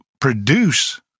produce